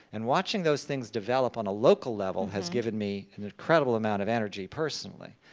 and watching those things develop on a local level has given me an incredible amount of energy personally.